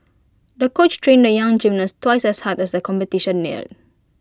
the coach trained the young gymnast twice as hard as the competition neared